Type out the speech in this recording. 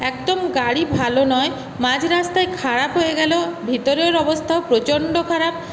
একদম গাড়ি ভালো নয় মাঝ রাস্তায় খারাপ হয়ে গেল ভিতরের অবস্থাও প্রচণ্ড খারাপ